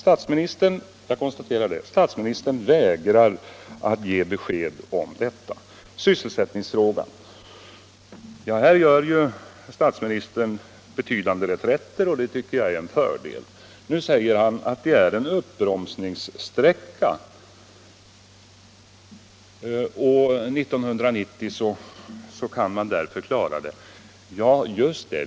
Jag konstaterar att statsministern vägrar att ge besked om detta. I sysselsättningsfrågan gör statsministern betydande reträtter, och det tycker jag är en framgång. Nu säger han att det är en uppbromsningssträcka, och 1990 kan man därför klara detta. Just det.